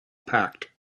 pact